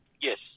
Yes